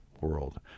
world